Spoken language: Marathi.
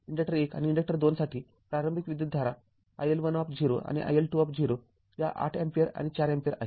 इन्डक्टर १ आणि इन्डक्टर २ साठी प्रारंभिक विद्युतधारा iL १० आणि iL२० या ८ अँपिअर आणि ४ अँपिअर आहेत